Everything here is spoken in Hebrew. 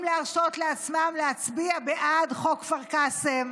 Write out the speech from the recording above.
להרשות לעצמם להצביע בעד חוק כפר קאסם?